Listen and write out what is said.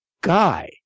guy